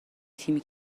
تیمی